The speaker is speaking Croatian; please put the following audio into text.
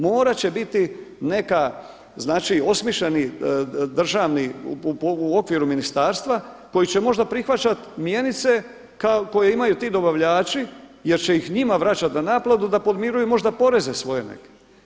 Morat će biti neka, znači osmišljeni državni u okviru ministarstva koji će možda prihvaćat mjenice koje imaju ti dobavljači jer će ih njima vraćati na naplatu da podmiruju možda poreze svoje neke.